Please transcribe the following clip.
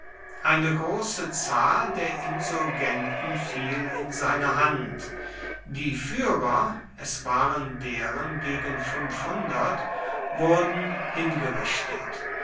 eine große zahl der insurgenten fiel in seine hand die führer es waren deren gegen wurden hingerichtet